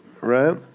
Right